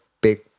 big